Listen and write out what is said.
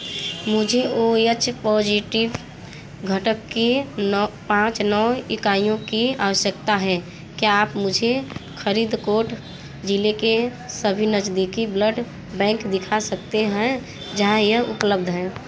मुझे O H positive घटक की नौ पाँच नौ इकाइयों की आवश्यकता है क्या आप मुझे फ़रीदकोट ज़िले के सभी नज़दीकी ब्लड बैंक दिखा सकते हैं जहाँ यह उपलब्ध हैं